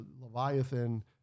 Leviathan